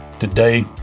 Today